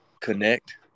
connect